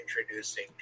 introducing